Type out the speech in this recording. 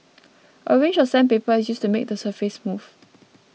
a range of sandpaper is used to make the surface smooth